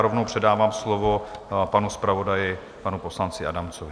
Rovnou předávám slovo panu zpravodaji, panu poslanci Adamcovi.